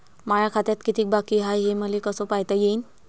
माया खात्यात कितीक बाकी हाय, हे मले कस पायता येईन?